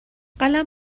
قلم